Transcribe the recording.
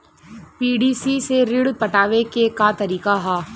PDC से ऋण पटावे के का तरीका ह?